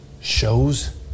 shows